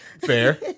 fair